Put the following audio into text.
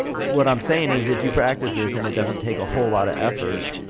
what i'm saying is if you practice this and it doesn't take a whole lot of effort,